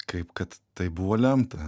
kaip kad tai buvo lemta